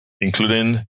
including